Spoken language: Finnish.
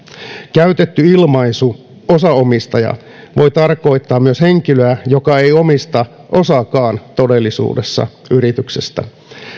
käytetty ilmaisu osaomistaja voi tarkoittaa myös henkilöä joka ei omista todellisuudessa osaakaan yrityksestä